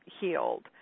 healed